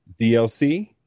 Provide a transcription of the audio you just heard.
DLC